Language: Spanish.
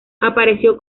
apareció